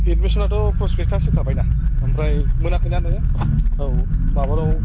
एडमिसनाथ' prospectus होखाबायना आमफ्राय मोनाखैना नोङो औ माबायाव